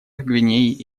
гвинеей